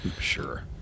sure